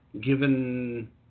given